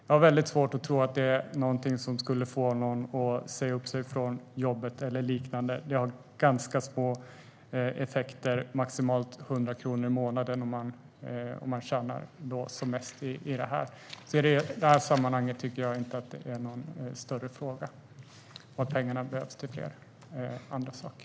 Jag har svårt att tro att det är något som skulle få någon att säga upp sig från jobbet eller något liknande, för det har ganska små effekter - maximalt 100 kronor i månaden om man tjänar som mest. Jag tycker därför inte att detta är någon större fråga i sammanhanget. Pengarna behövs till flera andra saker.